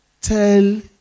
tell